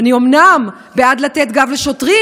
אני אומנם בעד לתת גב לשוטרים,